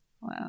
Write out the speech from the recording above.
Wow